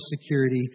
security